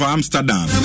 Amsterdam